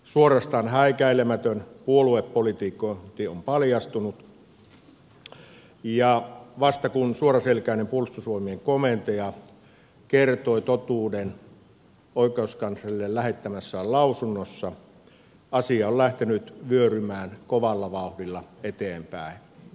suorastaan häikäilemätön puoluepolitikointi on paljastunut ja vasta kun suoraselkäinen puolustusvoimien komentaja kertoi totuuden oikeuskanslerille lähettämässään lausunnossa asia on lähtenyt vyörymään kovalla vauhdilla eteenpäin